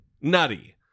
nutty